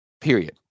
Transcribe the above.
period